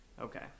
Okay